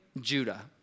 Judah